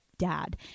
Dad